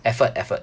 effort effort